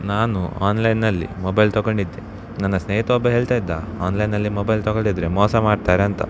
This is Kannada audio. ನಾನು ಆನ್ಲೈನ್ನಲ್ಲಿ ಮೊಬೈಲ್ ತೊಗೊಂಡಿದ್ದೆ ನನ್ನ ಸ್ನೇಹಿತ ಒಬ್ಬ ಹೇಳ್ತಾಯಿದ್ದ ಆನ್ಲೈನ್ನಲ್ಲಿ ಮೊಬೈಲ್ ತೊಗೊಂಡಿದ್ದರೆ ಮೋಸ ಮಾಡ್ತಾರಂತ